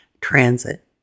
transit